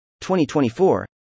2024